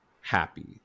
happy